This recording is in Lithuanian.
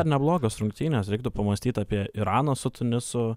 dar neblogos rungtynės reiktų pamąstyt apie iraną su tunisu